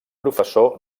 professor